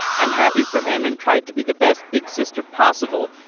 i'm happy for him and tried to be the best big sister possible,